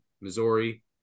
Missouri